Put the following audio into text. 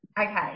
Okay